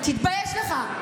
תתבייש לך.